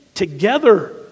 Together